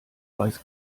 weiß